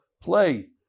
play